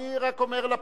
אני רק אומר לפרוטוקול.